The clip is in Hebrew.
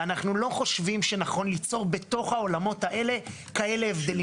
אנחנו לא חושבים שכנון ליצור בתוך העולמות האלה כאלה הבדלים.